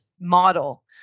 model